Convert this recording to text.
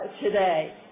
today